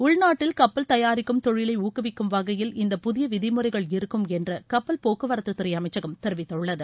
உள்நாட்டில் கப்பல் தயாரிக்கும் தொழிலை ஊக்குவிக்கும் வகையில் இந்த புதிய விதிமுறைகள் இருக்கும் என்று கப்பல் போக்குவரத்துறை அமைச்சகம் தெரிவித்துள்ளது